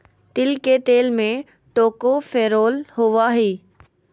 तिल के तेल में टोकोफेरोल होबा हइ